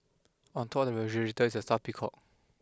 on top of the refrigerator there is a stuffed peacock